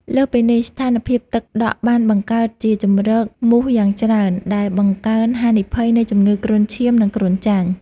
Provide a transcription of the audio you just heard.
លើសពីនេះ ស្ថានភាពទឹកដក់បានបង្កើតជាជម្រកមូសយ៉ាងច្រើន ដែលបង្កើនហានិភ័យនៃជំងឺគ្រុនឈាម និងគ្រុនចាញ់។